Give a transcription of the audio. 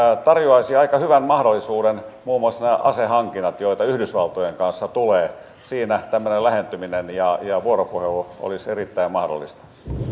tarjoaisivat aika hyvän mahdollisuuden muun muassa nämä asehankinnat joita yhdysvaltojen kanssa tulee siinä tämmöinen lähentyminen ja vuoropuhelu olisi erittäin mahdollista